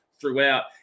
throughout